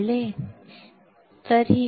कळले तुला